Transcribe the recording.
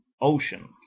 ocean